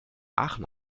aachen